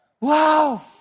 Wow